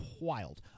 wild